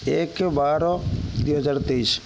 ଏକ ବାର ଦୁଇ ହଜାର ତେଇଶ